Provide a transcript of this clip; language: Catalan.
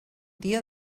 dia